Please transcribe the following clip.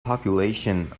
population